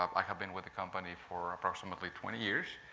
um i have been with the company for approximately twenty years.